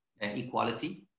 equality